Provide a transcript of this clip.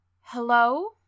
Hello